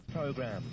program